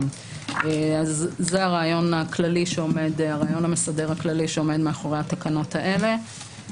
לשקול את המידע הזה אם